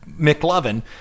McLovin